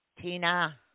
Tina